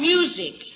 Music